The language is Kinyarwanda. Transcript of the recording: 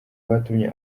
batumye